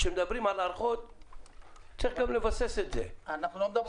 כשמדברים על הערכות צריך גם לבסס את זה -- אנחנו לא מדברים על הערכות.